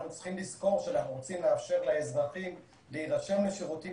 אנחנו צריכים לזכור שאנחנו רוצים לאפשר לאזרחים להירשם לשירותים